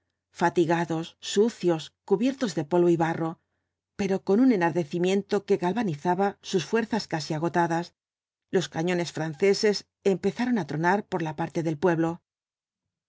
fatigados sucios cubiertos de polvo y barro pero con un enardecimiento que galvanizaba sus fuerzas casi agotadas los cañones franceses empezaron á tronar por la parte del pueblo